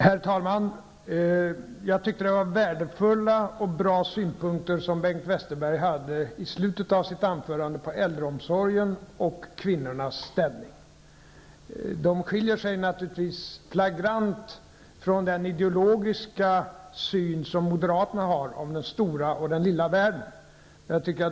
Herr talman! Jag tyckte det var värdefulla och bra synpunkter som Bengt Westerberg hade i slutet av sitt anförande om äldreomsorgen och kvinnornas ställning. De skiljer sig naturligtvis flagrant från den den ideologiska syn som moderaterna har på den stora och den lilla världen.